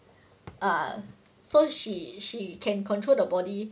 um so she she can control the body